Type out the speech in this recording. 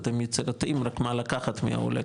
אתם יצירתיים רק מה לקחת מהעולה,